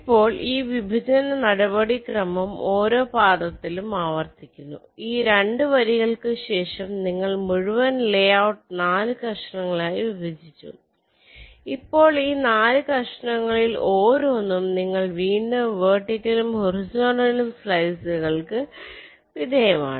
ഇപ്പോൾ ഈ വിഭജന നടപടിക്രമം ഓരോ പാദത്തിലും ആവർത്തിക്കുന്നു ഈ 2 വരികൾക്കുശേഷം നിങ്ങൾ മുഴുവൻ ലേഔട്ട് 4 കഷണങ്ങളായി വിഭജിച്ചു ഇപ്പോൾ ഈ 4 കഷണങ്ങളിൽ ഓരോന്നും നിങ്ങൾ വീണ്ടും വെർട്ടിക്കലും ഹോറിസോണ്ടെലും സ്ലൈസ്സുകൾക്കു വിധേയമാണ്